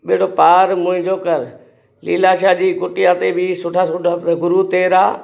ॿेड़ो पार मुंहिंजो करु लीला शाह जी कुटिया ते बि सुठा सुठा गुरू तेरा